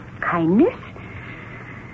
Kindness